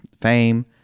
fame